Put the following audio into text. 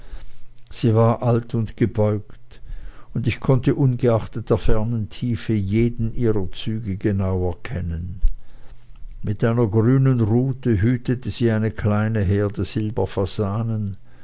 sie war alt und gebeugt und ich konnte ungeachtet der fernen tiefe jeden ihrer züge genau erkennen mit einer grünen rute hütete sie eine kleine herde